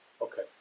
Okay